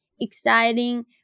exciting